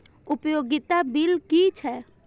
उपयोगिता बिल कि छै?